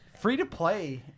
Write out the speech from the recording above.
Free-to-play